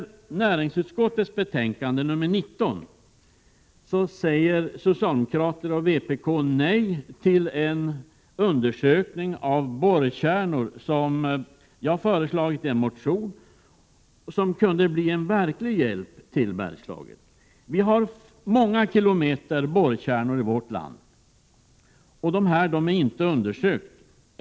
I näringsutskottets betänkande 19 säger socialdemokrater och vpk nej till en undersökning av borrkärnor, som jag har föreslagit i en motion och som kunde bli en verklig hjälp till Bergslagen. Vi har många kilometer borrkärnor i vårt land. De är inte effektivt undersökta.